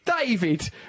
David